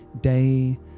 day